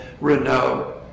Renault